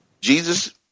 Jesus